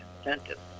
incentives